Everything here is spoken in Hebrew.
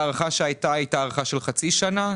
ההארכה הייתה הארכה של חצי שנה,